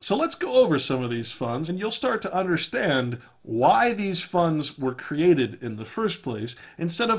so let's go over some of these funds and you'll start to understand why these funds were created in the first place instead of